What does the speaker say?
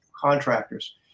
contractors